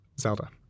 Zelda